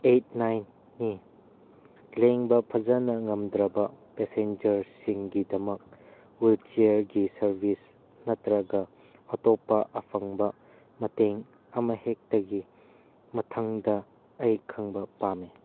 eight ꯅꯥꯏꯟꯅꯤ ꯂꯦꯡꯕ ꯐꯖꯅ ꯉꯝꯗ꯭ꯔꯕ ꯄꯦꯁꯦꯟꯖꯔꯁꯤꯡꯒꯤꯗꯃꯛ ꯍ꯭ꯋꯤꯜ ꯆꯤꯌꯔꯒꯤ ꯁꯥꯔꯕꯤꯁ ꯅꯠꯇ꯭ꯔꯒ ꯑꯇꯣꯞꯄ ꯑꯐꯪꯕ ꯃꯇꯦꯡ ꯑꯃꯍꯦꯛꯇꯒꯤ ꯃꯇꯥꯡꯗ ꯑꯩ ꯈꯪꯕ ꯄꯥꯝꯃꯤ